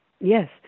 Yes